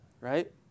right